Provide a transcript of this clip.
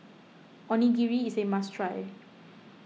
Onigiri is a must try